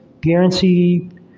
guaranteed